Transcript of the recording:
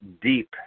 deep